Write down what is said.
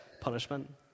punishment